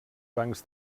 bancs